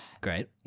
great